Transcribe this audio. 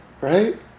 Right